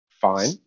fine